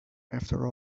after